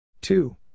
two